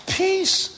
peace